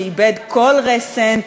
שאיבד כל רסן,